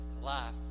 life